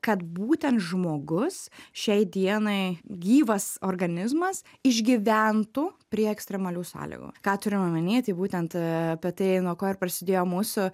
kad būtent žmogus šiai dienai gyvas organizmas išgyventų prie ekstremalių sąlygų ką turim omeny tai būtent apie tai nuo ko ir prasidėjo mūsų